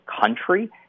country